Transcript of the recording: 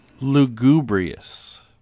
Lugubrious